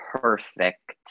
perfect